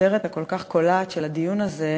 הכותרת הכל-כך קולעת של הדיון הזה,